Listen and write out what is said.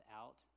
out